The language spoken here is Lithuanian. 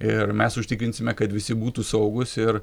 ir mes užtikrinsime kad visi būtų saugūs ir